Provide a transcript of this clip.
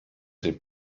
they